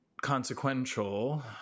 consequential